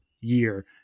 year